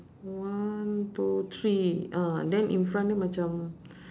one two three uh then in front dia macam